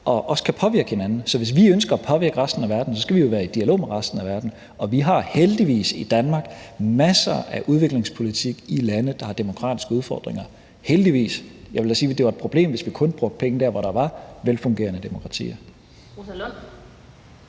også kan påvirke hinanden. Så hvis vi ønsker at påvirke resten af verden, skal vi jo være i dialog med resten af verden, og vi har heldigvis i Danmark masser af udviklingspolitik i lande, der har demokratiske udfordringer – heldigvis. Jeg vil da sige, at det var et problem, hvis vi kun brugte penge der, hvor der var velfungerende demokratier. Kl.